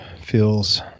feels